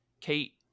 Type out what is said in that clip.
Kate